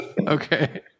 Okay